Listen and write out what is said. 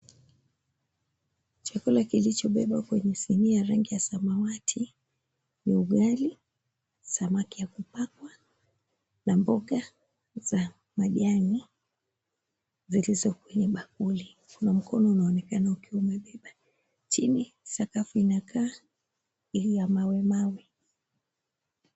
Chakula kilichobebwa kwenye sinia ya rangi ya samawati ni ugali, samaki ya kupakwa na mboga za majani zilizo kwenye bakuli. Kuna mkono unaonekana ukiwa umebeba. Chini, sakafu inakaa iliyo ya mawe mawe.